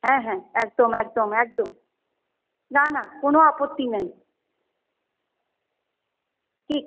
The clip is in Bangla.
হ্যাঁ হ্যাঁ একদম একদম একদম না না কোনো আপত্তি নেই ঠিক